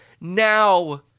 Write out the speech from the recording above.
now